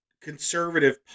conservative